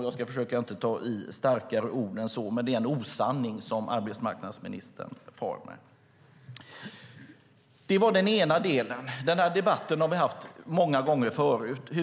Jag ska försöka att inte ta i starkare än så, men det är en osanning som arbetsmarknadsministern far med. Den här debatten har vi haft många gånger.